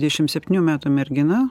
dvidešim septynių metų mergina